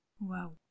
Wow